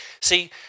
See